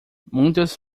muitas